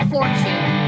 Fortune